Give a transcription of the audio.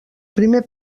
primer